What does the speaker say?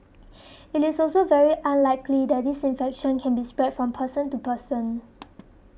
it is also very unlikely that this infection can be spread from person to person